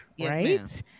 right